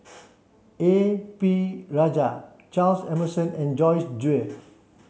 A P Rajah Charles Emmerson and Joyce Jue